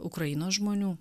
ukrainos žmonių